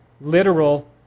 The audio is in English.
literal